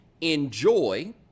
enjoy